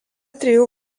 trijų